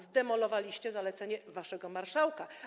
Zdemolowaliście zalecenie waszego marszałka.